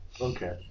Okay